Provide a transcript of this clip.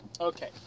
okay